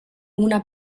una